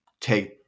take